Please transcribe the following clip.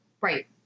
Right